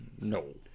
no